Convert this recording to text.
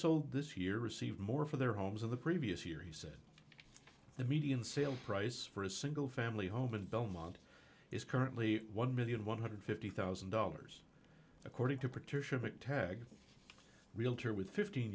sold this year received more for their homes in the previous year he said the median sale price for a single family home in belmont is currently one million one hundred and fifty thousand dollars according to petition mctaggart a realtor with fifteen